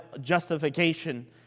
justification